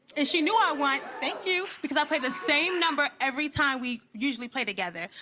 and she knew i won. thank you, because i play the same number every time we usually play together.